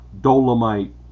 Dolomite